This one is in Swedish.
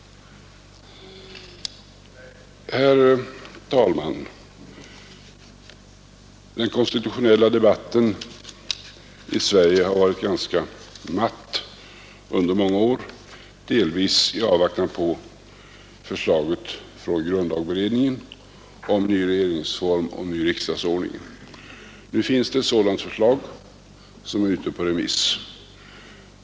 Herr talman! Den konstitutionella debatten i Sverige har varit ganska matt under många år, delvis i avvaktan på förslaget från grundlagberedningen om ny regeringsform och ny riksdagsordning. Nu finns det ett sådant förslag som är ute på remiss.